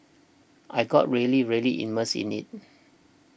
I got really really immersed in it